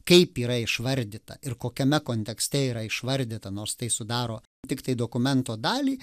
kaip yra išvardyta ir kokiame kontekste yra išvardyta nors tai sudaro tiktai dokumento dalį